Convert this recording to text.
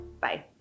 Bye